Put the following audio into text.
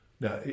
Now